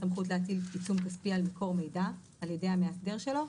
בו הסמכות להטיל עיצום כספי על מקור מידע על ידי המאסדר שלו.